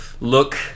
Look